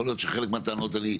יכול להיות שחלק מהטענות אני,